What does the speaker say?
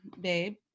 babe